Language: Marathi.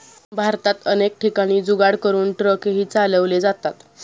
भारतात अनेक ठिकाणी जुगाड करून ट्रकही चालवले जातात